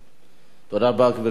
תודה רבה, גברתי.